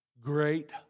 Great